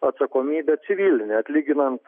atsakomybe civiline atlyginant